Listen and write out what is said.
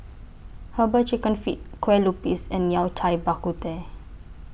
Herbal Chicken Feet Kueh Lupis and Yao Cai Bak Kut Teh